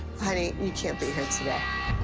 honey, you can't be here today.